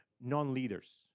non-leaders